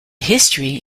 history